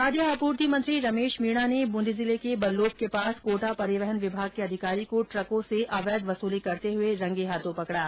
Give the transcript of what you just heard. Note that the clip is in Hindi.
खाद्य आपूर्ति मंत्री रमेश मीणा ने बूंदी जिले के बल्लोप के पास कोटा परिवहन विभाग के अधिकारी को द्रकों से अवैंध वसूली करते हुए रंगे हाथों पकडा